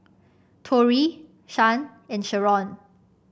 Torie Shan and Sheron